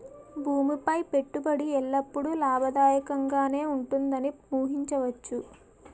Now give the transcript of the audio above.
భూమి పై పెట్టుబడి ఎల్లప్పుడూ లాభదాయకంగానే ఉంటుందని ఊహించవచ్చు